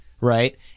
right